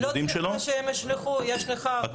אנחנו לא צריכים שהם ישלחו, הכול יש אצלך.